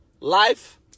Life